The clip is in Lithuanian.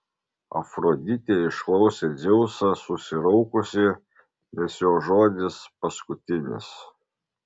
afroditė išklausė dzeusą susiraukusi nes jo žodis paskutinis